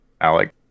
Alec